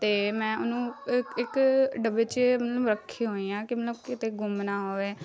ਅਤੇ ਮੈਂ ਉਹਨੂੰ ਅ ਇੱਕ ਡੱਬੇ 'ਚ ਰੱਖੇ ਹੋਏ ਆ ਕਿ ਮਤਲਬ ਕਿਤੇ ਗੁੰਮ ਨਾ ਹੋਵੇ